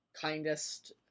kindest